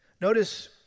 Notice